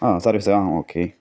ആ സർവ്വീസ് ആ ഓക്കെ